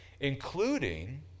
Including